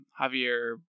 Javier